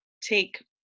take